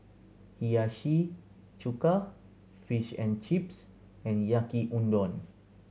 Hiyashi Chuka Fish and Chips and Yaki Udon